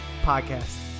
podcast